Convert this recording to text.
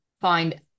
find